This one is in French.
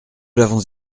l’avons